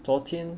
昨天